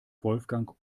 wolfgang